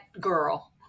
girl